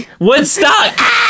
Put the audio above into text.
Woodstock